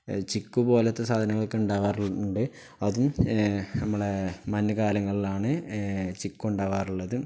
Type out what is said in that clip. ചിക്കു പോലത്തെ സാധനങ്ങളൊക്കെ ഉണ്ടാകാറുണ്ട് അതും നമ്മുടെ മഞ്ഞുകാലങ്ങളിലാണ് ചിക്കു ഉണ്ടാകാറുള്ളത്